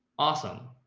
awesome.